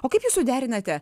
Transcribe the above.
o kaip jūs suderinate